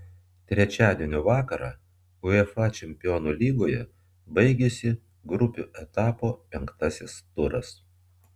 trečiadienio vakarą uefa čempionų lygoje baigėsi grupių etapo penktasis turas